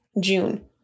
June